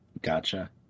Gotcha